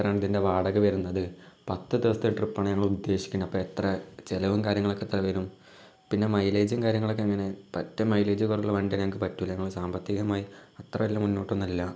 എത്രൻ്റെ വാടക വരുന്നത് പത്ത് ദിവസത്തെ ട്രിപ്പാണ് ഞങ്ങൾ ഉദ്ദേശിക്കൂന്നത് അപ്പം എത്ര ചിലവും കാര്യങ്ങളുമൊക്കെ എത്ര വരും പിന്നെ മൈലേജും കാര്യങ്ങളുമൊക്കെ എങ്ങനെ ഏറ്റവും മൈലജ് കുറവുള്ള വണ്ടിയെ ഞങ്ങൾക്ക് പറ്റു ഞങ്ങൾ സാമ്പത്തികമായി അത്ര അധികം മുന്നോട്ടൊന്നും അല്ല